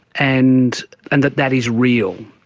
and and that that is real.